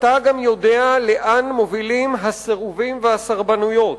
אתה גם יודע לאן מובילים הסירובים והסרבנויות,